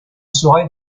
saurai